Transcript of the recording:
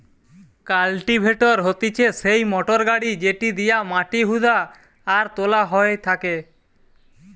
cultivator হতিছে সেই motor গাড়ি যেটি দিয়া মাটি হুদা আর তোলা হয় থাকে